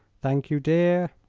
thank you, dear.